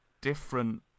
different